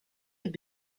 have